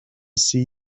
see